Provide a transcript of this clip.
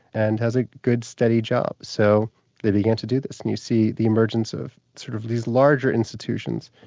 and has a good, steady job. so they began to do this and you see the emergence of sort of these larger institutions,